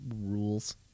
rules